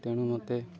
ତେଣୁ ମୋତେ